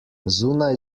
zunaj